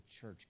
church